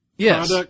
Yes